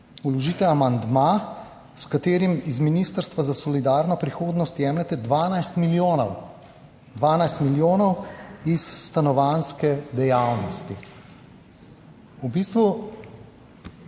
vložite amandma, s katerim iz Ministrstva za solidarno prihodnost jemljete 12 milijonov, 12 milijonov iz stanovanjske dejavnosti. V bistvu